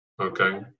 Okay